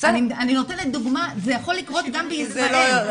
אני נותנת דוגמה, זה יכול לקרות גם בישראל.